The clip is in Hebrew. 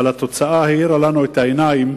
אבל התוצאה האירה לנו את העיניים,